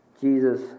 Jesus